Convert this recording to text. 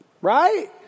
Right